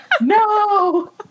No